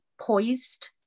poised